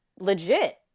legit